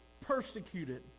persecuted